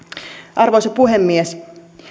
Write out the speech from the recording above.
arvoisa puhemies